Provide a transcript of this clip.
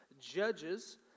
Judges